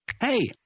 Hey